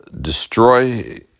destroy